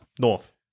North